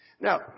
Now